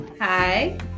Hi